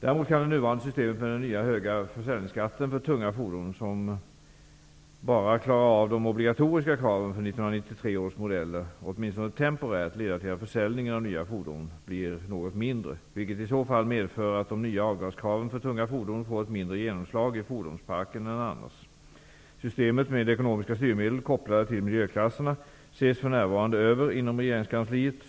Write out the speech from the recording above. Däremot kan det nuvarande systemet med den nya höga försäljningsskatten för tunga fordon som ''bara'' klarar de obligatoriska kraven för 1993 års modeller åtminstone temporärt leda till att försäljningen av nya fordon blir något mindre, vilket i så fall medför att de nya avgaskraven för tunga fordon får ett mindre genomslag i fordonsparken än annars. Systemet med ekonomiska styrmedel kopplade till miljöklasserna ses för närvarande över inom regeringskansliet.